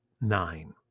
nine